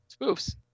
Spoofs